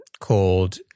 called